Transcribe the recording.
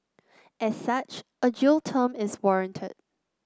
as such a jail term is warranted